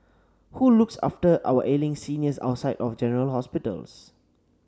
who looks after our ailing seniors outside of general hospitals